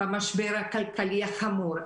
במשבר הכלכלי החמור,